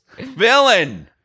Villain